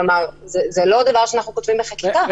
כלומר זה לא דבר שאנחנו כותבים בחקיקה.